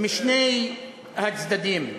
משני הצדדים,